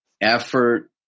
effort